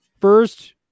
first